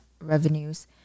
revenues